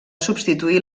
substituir